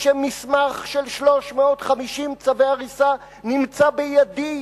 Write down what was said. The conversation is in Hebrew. כשמסמך של 350 צווי הריסה נמצא בידי,